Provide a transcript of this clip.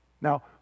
Now